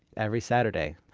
every saturday.